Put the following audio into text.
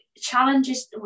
challenges